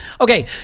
Okay